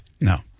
No